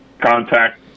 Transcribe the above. contact